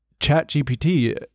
ChatGPT